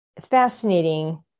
fascinating